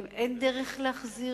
האם אין דרך להחזיר?